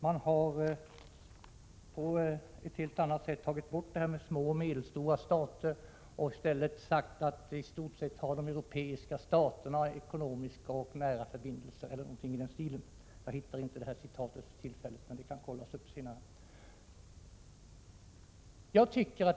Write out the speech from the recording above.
Man har tagit bort detta om små och medelstora stater och säger någonting i stil med att de europeiska staterna i stort sett har nära ekonomiska förbindelser — jag hittar inte det citatet för tillfället, men det kan kontrolleras senare.